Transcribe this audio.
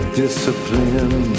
discipline